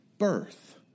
birth